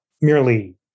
merely